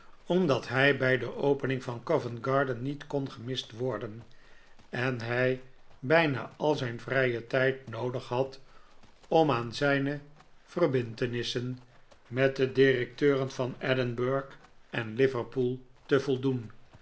omdat hij bij de opening van covent-garden niet kon gemist worden en hij bijna al zijn vrijen tijd noodig had om aan zijne verbintenissen met de directeuren van edinburgen liverpool te voldoen